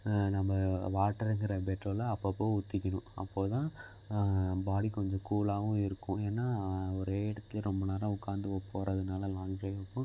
நம்ம வாட்டருங்கிற பெட்ரோலை அப்பப்போ ஊற்றிக்கணும் அப்போதுதான் பாடி கொஞ்சம் கூலாகவும் இருக்கும் ஏன்னா ஒரே இடத்துலே ரொம்ப நேரம் உட்காந்து போகிறதுனால லாங் ட்ரைவ்